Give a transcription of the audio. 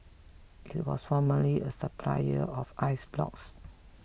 it was formerly a supplier of ice blocks